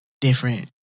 different